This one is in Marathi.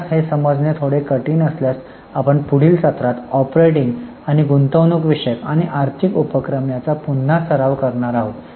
आपणास हे समजणे थोडे कठीण असल्यास आपण पुढील सत्रात ऑपरेटिंग गुंतवणूक विषयक आणि आर्थिक उपक्रम याचा पुन्हा सराव करणार आहोत